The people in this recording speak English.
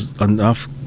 enough